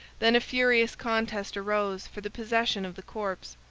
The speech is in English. then a furious contest arose for the possession of the corpse.